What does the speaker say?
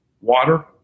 water